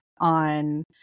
on